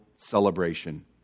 Celebration